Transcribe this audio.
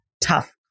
tough